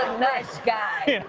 nice guy.